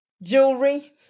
Jewelry